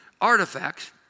artifacts